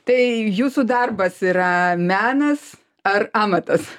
tai jūsų darbas yra menas ar amatas